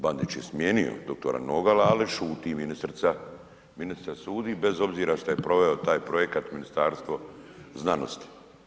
Bandić je smijenio dr. Nogala ali šuti ministrica, ministrica šuti bez obzira što je proveo taj projekat Ministarstvo znanosti.